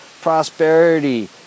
Prosperity